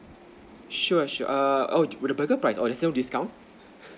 sure sure err oh the burger price are there is a discount